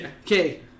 okay